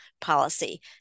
policy